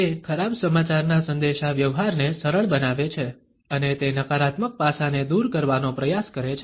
તે ખરાબ સમાચારના સંદેશાવ્યવહારને સરળ બનાવે છે અને તે નકારાત્મક પાસાને દૂર કરવાનો પ્રયાસ કરે છે